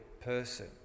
person